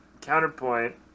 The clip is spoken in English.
counterpoint